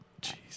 Jesus